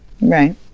Right